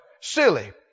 Silly